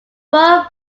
four